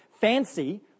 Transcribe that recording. Fancy